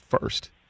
first